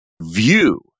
view